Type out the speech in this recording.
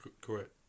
Correct